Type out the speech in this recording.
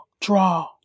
draw